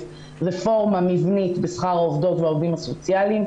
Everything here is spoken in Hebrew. רפורמה מבנית בשכר העובדות והעובדים הסוציאליים,